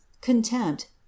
contempt